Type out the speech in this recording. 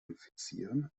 infizieren